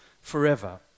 forever